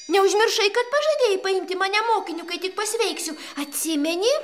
neužmiršai kad pažadėjai paimti mane mokiniu kai tik pasveiksiu atsimeni